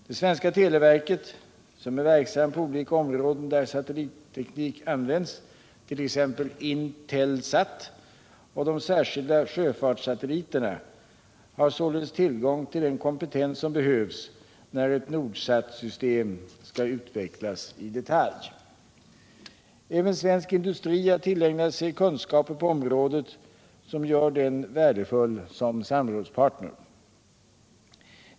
Det svenska televerket som är verksamt på olika områden där satellitteknik används, t.ex. INTELSAT och de särskilda sjöfartssatelliterna, har således tillgång till den kompetens som behövs när ett NORDSAT-system skall utvecklas i detalj. Även svensk industri har tillägnat sig kunskaper på området som gör den värdefull som samrådspartner.